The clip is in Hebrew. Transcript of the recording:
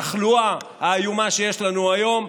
בתחלואה האיומה שיש לנו היום.